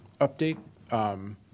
update